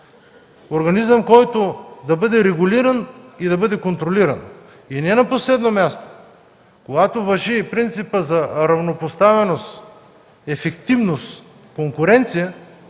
организъм, който да бъде регулиран и контролиран. И не на последно място, когато важи принципът за равнопоставеност, ефективност, конкуренция,